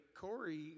Corey